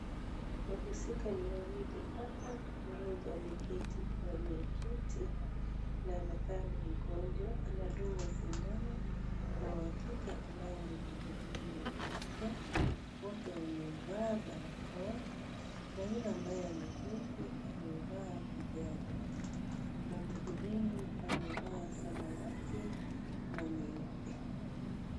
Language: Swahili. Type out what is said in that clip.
Wahusika ni wawili hapa mmoja ameketi kwenye kiti na anakaa ni mgonjwa anadungwa sindano na wakike ambaye ni mhudumu wa afya , wote wamevaa barakoa na yule ambaye ameketi amevaa kijani na mhudumu amevaa samawati na nyeupe.